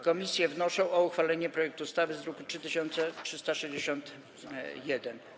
Komisje wnoszą o uchwalenie projektu ustawy z druku nr 3361.